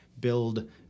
build